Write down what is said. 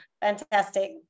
Fantastic